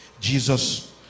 Jesus